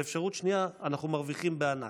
באפשרות שנייה אנחנו מרוויחים בענק.